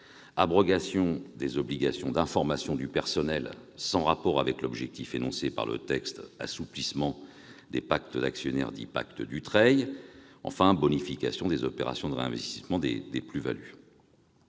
l'abrogation des obligations d'information du personnel- sujet sans rapport avec l'objectif annoncé du texte -, l'assouplissement des pactes d'actionnaire, dits « pactes Dutreil », enfin la bonification des opérations de réinvestissement des plus-values.